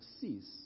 cease